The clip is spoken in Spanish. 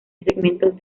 segmentos